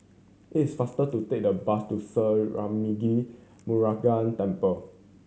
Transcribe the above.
it's faster to take the bus to Sri Arulmigu Murugan Temple